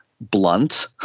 blunt